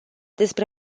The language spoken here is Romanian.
despre